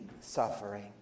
suffering